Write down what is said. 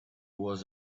was